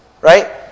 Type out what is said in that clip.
right